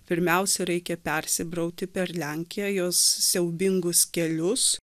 pirmiausia reikia persibrauti per lenkiją jos siaubingus kelius